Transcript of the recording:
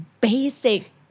basic